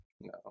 No